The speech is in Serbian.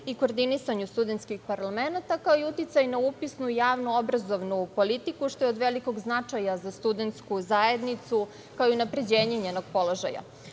i koordinisanje studentskih parlamenata, kao i uticaj na upisnu javno-obrazovnu politiku, što je od veliko značaja za studentsku zajednicu, kao i unapređenje njenog položaja. Ovim